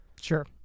Sure